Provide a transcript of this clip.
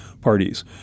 parties